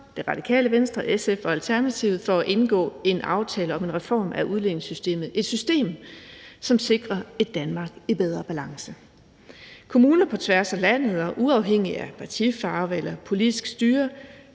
Radikale Venstre, SF og Alternativet for at være med til at indgå en aftale om en reform af udligningssystemet; et system, som sikrer et Danmark i bedre balance. Kommuner på tværs af landet kan nu uafhængigt af partifarve og politisk styre